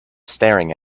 staring